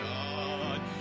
God